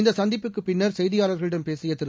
இந்த சந்திப்புக்குப் பின்னர் செய்தியாளர்களிடம் பேசிய திரு